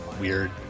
weird